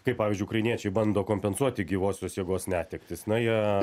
kai pavyzdžiui ukrainiečiai bando kompensuoti gyvosios jėgos netektis na jie